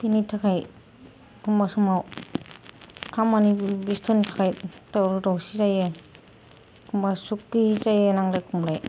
बिनि थाखाय एखामब्ला समाव खामानि बेस्थ'नि थाखाय दावराव दावसि जायो एखमब्ला सुख गैयै जायो नांलाय खमलाय